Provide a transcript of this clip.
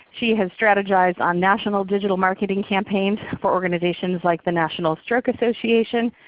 she has strategized on national digital marketing campaigns for organizations like the national stroke association,